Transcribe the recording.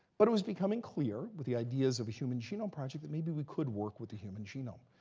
but it was becoming clear, with the ideas of a human genome project, that maybe we could work with the human genome.